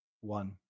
one